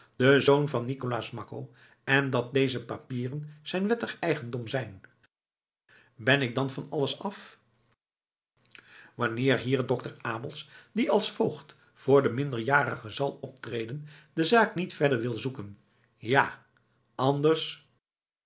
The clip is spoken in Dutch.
den zoon van nicolaas makko en dat deze papieren zijn wettig eigendom zijn ben ik dan van alles af wanneer hier dokter abels die als voogd voor den minderjarige zal optreden de zaak niet verder wil zoeken ja anders